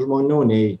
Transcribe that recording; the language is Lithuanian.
žmonių nei